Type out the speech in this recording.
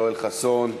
יואל חסון,